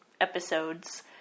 episodes